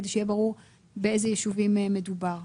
כדי שיהיה ברור באיזה יישובים מדובר.